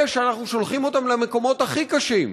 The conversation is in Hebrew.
אלה שאנחנו שולחים למקומות הכי קשים,